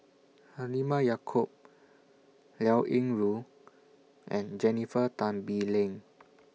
Halimah Yacob Liao Yingru and Jennifer Tan Bee Leng